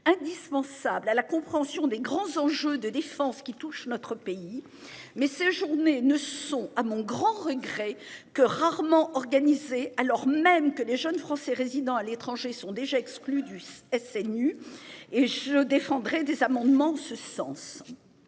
indispensables à la compréhension des grands enjeux de défense qui touche notre pays. Mais ces journées ne sont à mon grand regret que rarement organisé alors même que les jeunes Français résidant à l'étranger sont déjà exclus du SNU. Et je défendrai des amendements en ce sens.